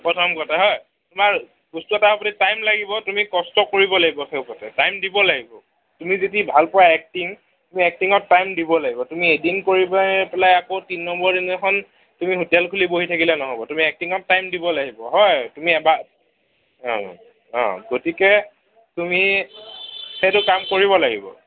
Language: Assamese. প্ৰথম কথা তোমাৰ বস্তু এটা হ'বলৈ টাইম লাগিব তুমি কষ্ট কৰিব লাগিব সেইমতে টাইম দিব লাগিব তুমি যদি ভাল পোৱা এক্টিং তুমি এক্টিঙত টাইম দিব লাগিব তুমি এদিন কৰি পেলায় আকৌ তিনি নম্বৰ দিনাখন তুমি হোটেল খুলি বহি থাকিলে নহ'ব তুমি এক্টিঙত টাইম দিব লাগিব হয় তুমি এবাৰ অঁ অঁ গতিকে তুমি সেইটো কাম কৰিব লাগিব